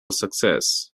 success